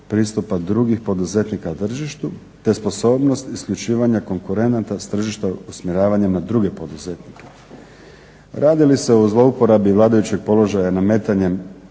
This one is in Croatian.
pristupa drugih poduzetnika tržištu, te sposobnost isključivanja konkurenata s tržišta usmjeravanjem na druge poduzetnike. Radi li se o zlouporabi vladajućeg položaja nametanjem